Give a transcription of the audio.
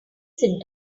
sit